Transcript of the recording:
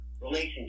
relationship